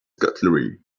cutlery